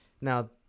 Now